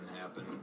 happen